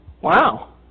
Wow